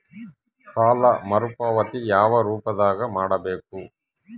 ಸಾಲ ಮರುಪಾವತಿ ಯಾವ ರೂಪದಾಗ ಮಾಡಬೇಕು?